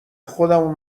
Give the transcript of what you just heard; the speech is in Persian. خودمو